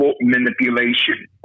manipulation